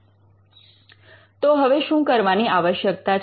તો હવે શું કરવાની આવશ્યકતા છે